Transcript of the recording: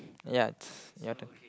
ya it's your turn